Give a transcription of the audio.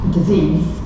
disease